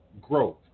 growth